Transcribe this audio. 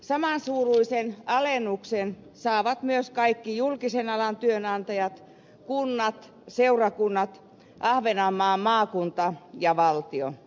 samansuuruisen alennuksen saavat myös kaikki julkisen alan työnantajat kunnat seurakunnat ahvenanmaan maakunta ja valtio